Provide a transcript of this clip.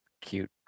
cute